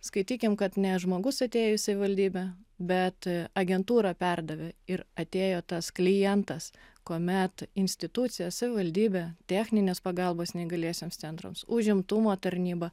skaitykim kad ne žmogus atėjo į savivaldybę bet agentūra perdavė ir atėjo tas klientas kuomet institucija savivaldybė techninės pagalbos neįgaliesiems centrams užimtumo tarnyba